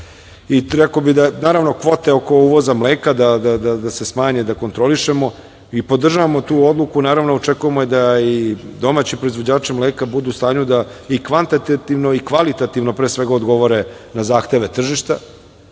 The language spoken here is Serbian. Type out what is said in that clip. i zadatak. Naravno kvote oko uvoza mleka, da se smanje i kontrolišemo i podržavamo. Naravno očekujemo da i domaći proizvođači mleka budu u stanju da kvantitativno i kvalitativno, pre svega, odgovore na zahteve tržišta,